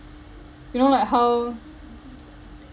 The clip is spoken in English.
you know like how